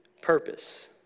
purpose